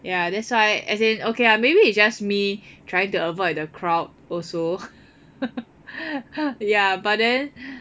ya that's why as in okay lah maybe it's just me trying to avoid the crowd also ya but then